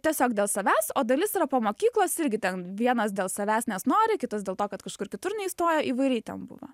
tiesiog dėl savęs o dalis yra po mokyklos irgi ten vienas dėl savęs nes nori kitas dėl to kad kažkur kitur neįstoja įvairiai ten buvo